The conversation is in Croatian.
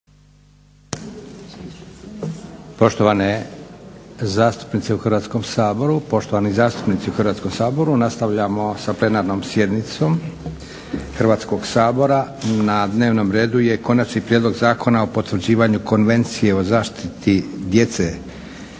poštovani zastupnici u Hrvatskom saboru nastavljamo sa plenarnom sjednicom Hrvatskog sabora. Na dnevnom redu je - Konačni prijedlog zakona o potvrđivanju Konvencije o zaštiti djece